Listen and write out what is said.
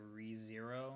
ReZero